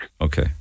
Okay